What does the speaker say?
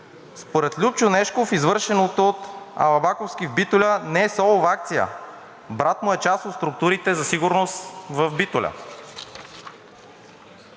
Според Любчо Нешков извършеното от Алабаковски в Битоля не е солова акция. Брат му е част от структурите за сигурност в Битоля.